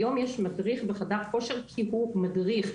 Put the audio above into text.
היום יש מדריך בחדר כושר כי הוא מדריך,